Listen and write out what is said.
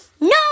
No